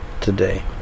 Today